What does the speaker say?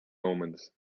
omens